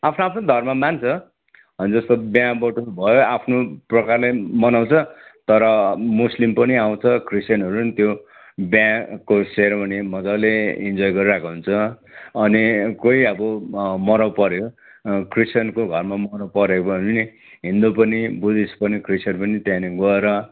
आफ्नो आफ्नो धर्म मान्छ जस्तो बिहा बटुल भयो आफ्नो प्रकारले मनाउँछ तर मुस्लिम पनि आउँछ क्रिश्चियनहरू नि त्यो बिहाको सेरमनी मजाले इन्जोइ गरिरहेको हुन्छ अनि कोही अब मराउ पर्यो क्रिश्चियनको घरमा मराउ पर्यो भने हिन्दू पनि बुद्धिस्ट पनि क्रिश्चियन पनि त्यहाँनिर गएर